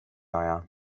aja